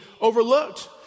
overlooked